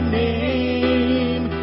name